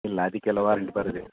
ಇಲ್ಲ ಅದಕ್ಕೆಲ್ಲ ವಾರಂಟಿ ಬರುದಿಲ್ಲ